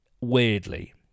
weirdly